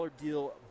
deal